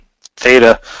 theta